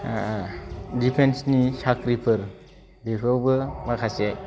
डिफेन्सनि साख्रिफोर बेखौबो माखासे